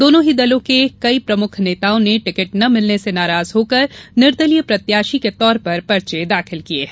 दोनो ही दलों के कई प्रमुख नेताओं ने टिकट न मिलने से नाराज होकरे निर्दलीय प्रत्याशी के तौर पर पर्चे दाखिल किये हैं